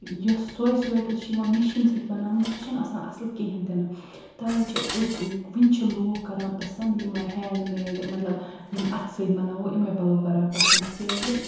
یۄس سۄے سویٹر چھ یوان مشین سۭتۍ بناونہٕ سۄ چھنہٕ آسان اصٕل کہینۍ تہِ نہٕ توے چھِ ونہِ چھ لُکھ کران پسنٛد یمے ہینٛڈ میڈ مطلب یم اتھہٕ سۭتۍ بناوو یمے پلو کران پسنٛد تِکیازِ